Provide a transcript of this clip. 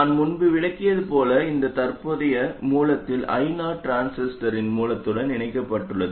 நான் முன்பு விளக்கியது போல் இந்த தற்போதைய மூலத்தில் I0 டிரான்சிஸ்டரின் மூலத்துடன் இணைக்கப்பட்டுள்ளது